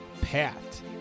Pat